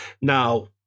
Now